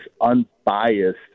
unbiased